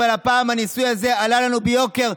אבל הפעם הניסוי הזה עלה לנו ביוקר,